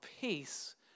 peace